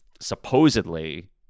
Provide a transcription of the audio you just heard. supposedly